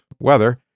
weather